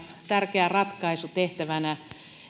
tärkeä ratkaisu tehtävänä